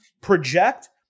project